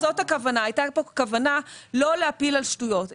זו הכוונה; לא להפיל על שטויות.